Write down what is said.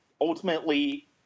ultimately